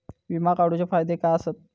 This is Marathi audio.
विमा काढूचे फायदे काय आसत?